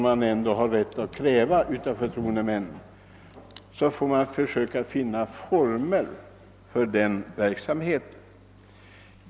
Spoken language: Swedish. Man har dock rätt att kräva att de känner sitt ansvar.